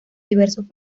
diversos